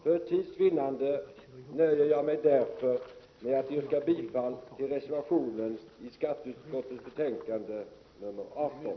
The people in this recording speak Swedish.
För tids vinnande nöjer jag mig därför med att yrka bifall till reservationen vid skatteutskottets betänkande nr 18.